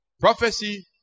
Prophecy